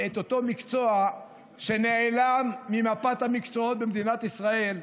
את אותו מקצוע שנעלם ממפת המקצועות במדינת ישראל,